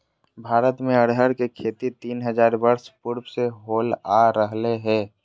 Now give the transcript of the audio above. भारत में अरहर के खेती तीन हजार वर्ष पूर्व से होल आ रहले हइ